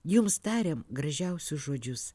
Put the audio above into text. jums tariam gražiausius žodžius